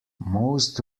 most